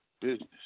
Business